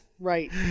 right